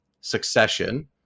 Succession